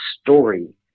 story